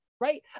right